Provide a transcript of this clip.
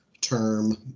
term